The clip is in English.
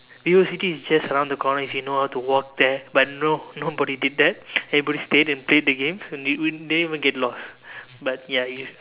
vivocity is just around the corner if you know how to walk there but no nobody did that everybody stayed and played the games and they didn't even get lost but ya you